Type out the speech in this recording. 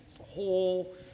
whole